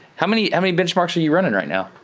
how many and many benchmarks are you running right now?